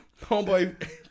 Homeboy